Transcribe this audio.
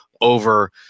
over